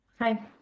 hi